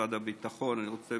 במשרד הביטחון, אני רוצה